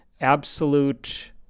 absolute